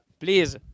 Please